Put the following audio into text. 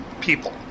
people